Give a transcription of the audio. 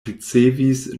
ricevis